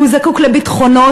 הוא זקוק לביטחונות,